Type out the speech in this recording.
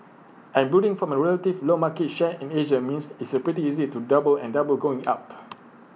and building from A relatively low market share in Asia means it's pretty easy to double and double going up